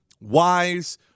wise